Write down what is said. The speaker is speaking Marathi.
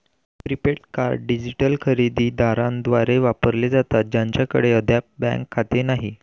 प्रीपेड कार्ड डिजिटल खरेदी दारांद्वारे वापरले जातात ज्यांच्याकडे अद्याप बँक खाते नाही